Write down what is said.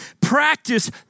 practice